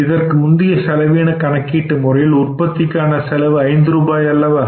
இதற்கு முந்தைய செலவின கணக்கீட்டு முறையில் உற்பத்திக்கான செலவு ஐந்து ரூபாய் அல்லவா